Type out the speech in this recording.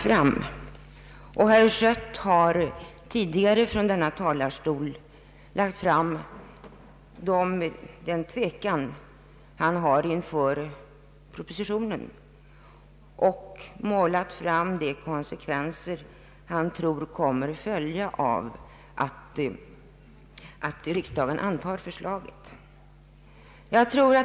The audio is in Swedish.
Herr Schött har tidigare från denna talarstol redovisat den tvekan han hyser inför propositionen, och målat upp de konsekvenser han tror kommer att följa av att riksdagen antar förslaget.